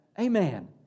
Amen